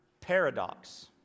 paradox